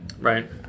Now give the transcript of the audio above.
Right